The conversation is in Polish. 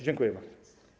Dziękuję bardzo.